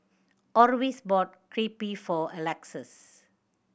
Orvis bought Crepe for Alexus